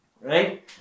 Right